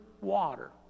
water